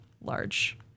large